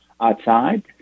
outside